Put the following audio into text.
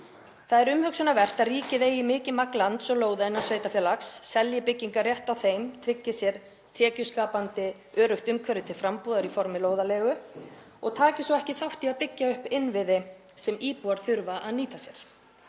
Það er umhugsunarvert að ríkið eigi mikið magn lands og lóða innan sveitarfélags, selji byggingarrétt á þeim og tryggi sér tekjuskapandi, öruggt umhverfi til frambúðar í formi lóðarleigu og taki svo ekki þátt í að byggja upp innviði sem íbúar þurfa að nýta sér